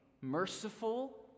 merciful